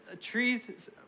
trees